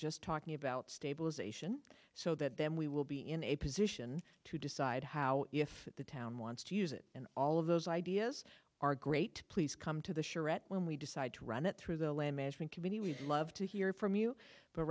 just talking about stabilization so that then we will be in a position to decide how if the town wants to use it and all of those ideas are great please come to the charette when we decide to run it through the land management committee we'd love to hear from you but